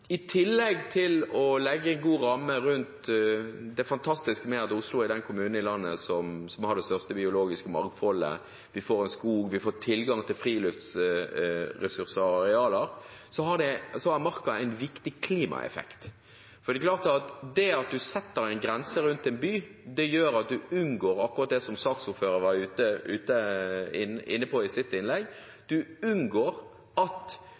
i tillegg til å legge en god ramme rundt det fantastiske med at Oslo er den kommunen i landet som har det største biologiske mangfoldet – vi får en skog, vi får tilgang til friluftsressurser og -arealer – har marka en viktig klimaeffekt. For det er klart: Det at man setter en grense rundt en by, gjør at man unngår akkurat det som saksordføreren var inne på i sitt innlegg, at